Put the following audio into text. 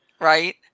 Right